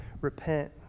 repent